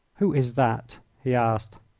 who is that? he asked.